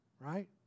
right